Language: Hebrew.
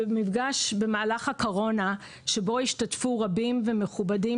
במפגש במהלך הקורונה שבו השתתפו רבים ומכובדים